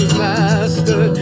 master